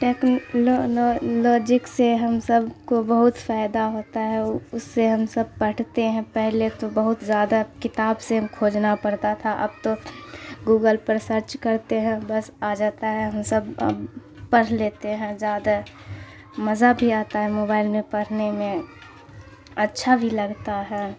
techno لو لو logic سے ہم سب کو بہت فائدہ ہوتا ہے اس سے ہم سب پڑھتے ہیں پہلے تو بہت زیادہ کتاب سے کھوجنا پرتا تھا اب تو گوگل پر سرچ کرتے ہیں بس آ جاتا ہے ہم سب اب پرھ لیتے ہیں زیادہ مزہ بھی آتا ہے موبائل میں پڑھنے میں اچھا بھی لگتا ہے